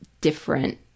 different